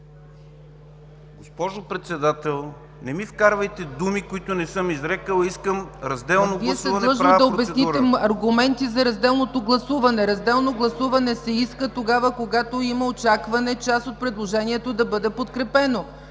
Госпожо Председател, не ми вкарвайте думи, които не съм изрекъл. Искам разделно гласуване и правя процедура. ПРЕДСЕДАТЕЛ ЦЕЦКА ЦАЧЕВА: Вие сте длъжни да обясните с аргументи за разделното гласуване. Разделно гласуване се иска тогава, когато има очакване, част от предложението да бъде подкрепено.